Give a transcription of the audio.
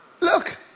Look